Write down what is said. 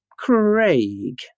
Craig